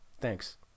Thanks